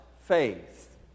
Faith